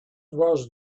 was